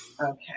Okay